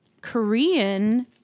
Korean